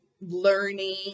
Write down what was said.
learning